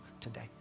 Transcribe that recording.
today